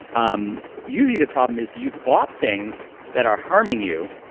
um usually the problem is you've bought things that are harming you,